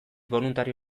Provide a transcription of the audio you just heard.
boluntario